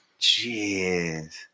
jeez